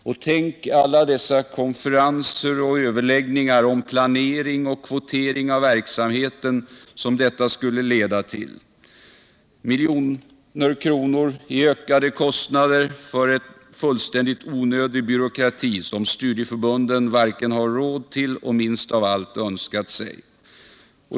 Och tänk alla dessa konferenser och överläggningar om planering och kvotering av verksamheten, som detta skulle ha lett till! Det skulle ha betytt miljoner kronor i ökade kostnader för en fullständigt onödig byråkrati, som studieförbunden inte har råd till och minst av allt önskat sig.